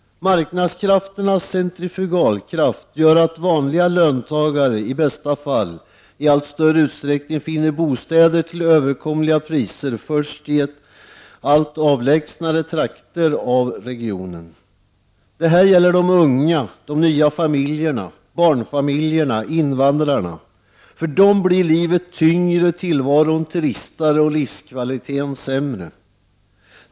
Marknadskrafternas centrifugalkraft gör att vanliga löntagare i bästa fall i allt större utsträckning finner bostäder till överkomliga priser först i allt avlägsnare trakter av regionen. Detta gäller de unga, de nya familjerna, barnfamiljerna och invandrarna. För dem blir livet tyngre, tillvaron tristare och livskvaliteten sämre.